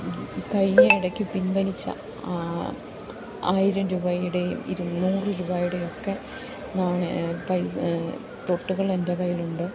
കഴിഞ്ഞ ഇടയ്ക്കു പിൻവലിച്ച ആ ആയിരം രൂപയുടെയും ഇരുനൂറ് രൂപയുടെയും ഒക്കെ നാണയ പൈസ തുട്ടുകൾ എൻ്റെ കയ്യിലുണ്ട്